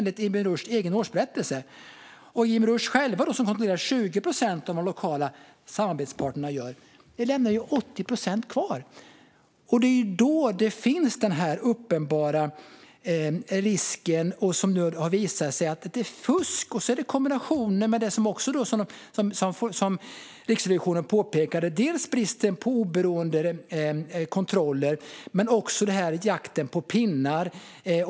Ibn Rushd kontrollerar själva bara 20 procent av vad de lokala samarbetspartnerna gör, vilket lämnar 80 procent kvar. Här finns en uppenbar risk för fusk. Dessutom finns, som Riksrevisionen påpekade, en brist på oberoende kontroll och en jakt på pinnar.